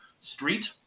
street